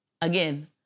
again